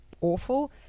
awful